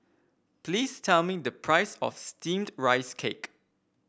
please tell me the price of steamed Rice Cake